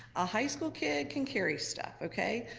a high school kid can carry stuff, okay?